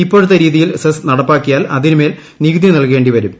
ഇപ്പോഴത്തെ രീതിയിൽ സെസ് നടപ്പാക്കിയാൽ അതിനുമേൽ നികുതി നൽകേണ്ടി വരും